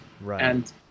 Right